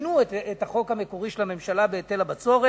שינו את החוק המקורי של הממשלה על היטל הבצורת.